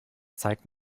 zeig